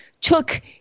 took